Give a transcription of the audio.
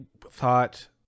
thought